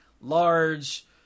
large